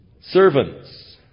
Servants